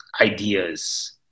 ideas